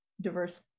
diverse